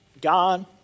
God